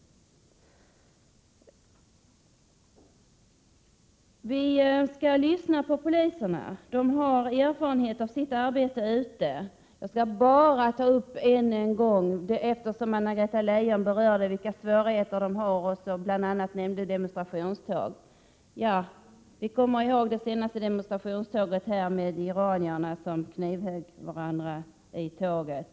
Vi skall lyssna på poliserna. De har erfarenhet av sitt arbete. Jag skall bara än en gång — eftersom Anna-Greta Leijon berörde det — framhålla vilka svårigheter de har, bl.a. när det gäller demonstrationståg. Vi kommer ihåg det senaste demonstrationståget, med iranierna som knivhögg varandra i tåget.